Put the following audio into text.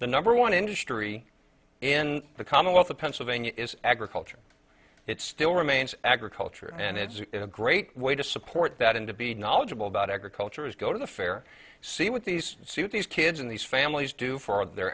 the number one industry in the commonwealth of pennsylvania is agriculture it still remains agriculture and it's a great way to support that and to be knowledgeable about agriculture is go to the fair see what these suit these kids in these families do for their